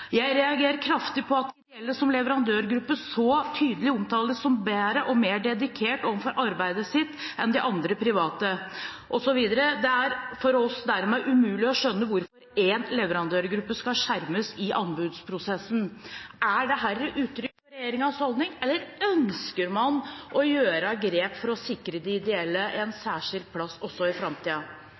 reagerer kraftig på at de ideelle som leverandørgruppe så tydelig omtales som bedre og mer dedikerte overfor arbeidet sitt enn de andre private.» Og videre: «Det er for oss dermed umulig å skjønne hvorfor én leverandørgruppe skal skjermes i anbudsprosessen.» Er dette et uttrykk for regjeringens holdning, eller ønsker man å gjøre grep for å sikre de ideelle en særskilt plass også i